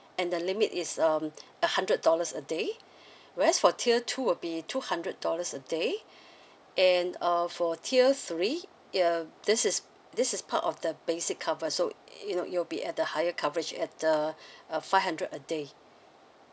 and the limit is um a hundred dollars a day whereas for tier two will be two hundred dollars a day and uh for tier three uh this is this is part of the basic cover so you know you'll be at the higher coverage at the uh five hundred a day